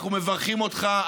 אנחנו מברכים אותך.